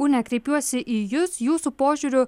une kreipiuosi į jus jūsų požiūriu